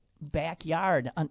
backyard